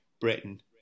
Britain